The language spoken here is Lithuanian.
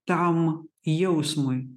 tam jausmui